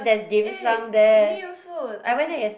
eh me also I mean